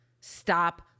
Stop